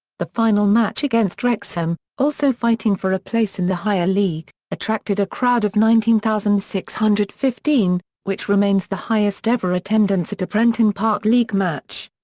the final match against wrexham, also fighting for a place in the higher league, attracted a crowd of nineteen thousand six hundred and fifteen, which remains the highest ever attendance at a prenton park league match.